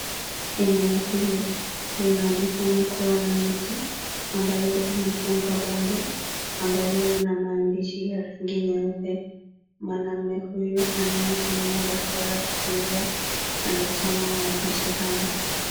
Eneo hili, linaonekana kuwa na miti ambayo imefungwa bango ambayo ina maandishi ya rangi nyeupe. Mwanaume huyu anayetumia bakora kutembea, anasoma maandishi haya.